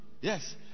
Yes